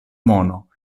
mono